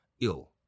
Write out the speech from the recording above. Ill